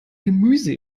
gemüse